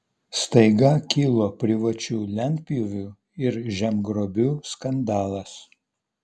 staiga kilo privačių lentpjūvių ir žemgrobių skandalas